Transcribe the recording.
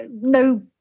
no